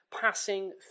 passing